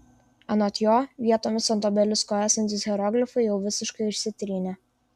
anot jo vietomis ant obelisko esantys hieroglifai jau visiškai išsitrynė